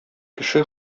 кеше